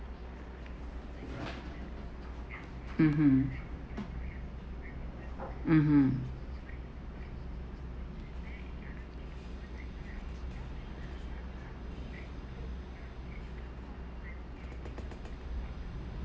mm mm mm mm